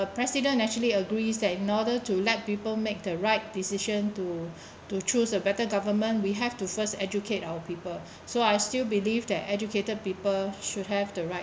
the president actually agrees that in order to let people make the right decision to to choose a better government we have to first educate our people so I still believe that educated people should have the right